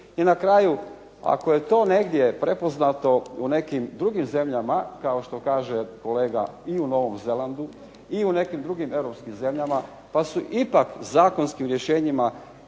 I na kraju, ako je to negdje prepoznato u nekim drugim zemljama kao što kaže kolega i u Novom Zelandu i u nekim drugim europskim zemljama, pa su ipak zakonskim rješenjima